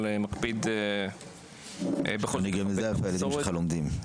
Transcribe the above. אבל מקפיד בכל זאת על מסורת --- אני גם יודע איפה הילדים שלך לומדים.